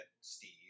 Steve